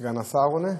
סגן שר החינוך עונה?